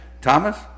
thomas